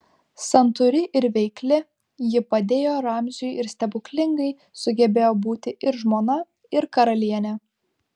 santūri ir veikli ji padėjo ramziui ir stebuklingai sugebėjo būti ir žmona ir karalienė